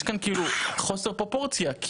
יש כאן חוסר פרופורציה.